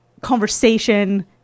conversation